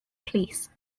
police